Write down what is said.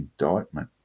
indictment